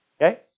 Okay